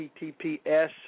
https